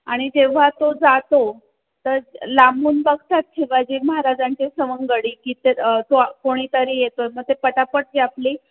आणि जेव्हा तो जातो तर लांबून बघतात शिवाजी महाराजांचे सवंगडी की ते तो कोणीतरी येतोय मग ते पटापट जी आपली